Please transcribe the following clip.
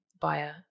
buyer